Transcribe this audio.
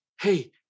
hey